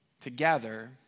together